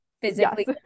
physically